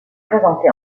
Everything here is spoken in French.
présenté